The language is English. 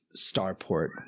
starport